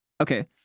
Okay